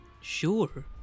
sure